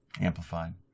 Amplified